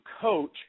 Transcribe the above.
coach